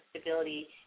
stability